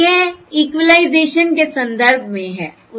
यह इक्विलाइजेशन के संदर्भ में है